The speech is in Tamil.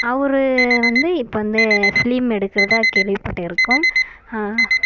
அவர் வந்து இப்போ வந்து ஃபிலிம் எடுக்கிறதா கேள்விப்பட்டிருக்கோம்